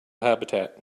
habitat